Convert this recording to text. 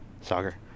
soccer